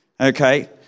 okay